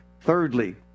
thirdly